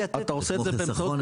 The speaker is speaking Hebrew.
אתה עושה את זה באמצעות ביטוח.